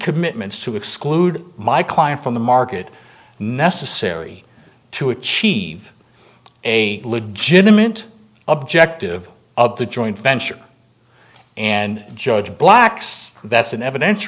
commitments to exclude my client from the market necessary to achieve a legitimate objective of the joint venture and judge blacks that's an eviden